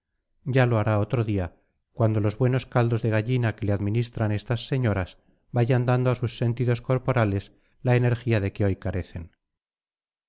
ya lo hará otro día cuando los buenos caldos de gallina que le administran estas señoras vayan dando a sus sentidos corporales la energía de que hoy carecen